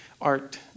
art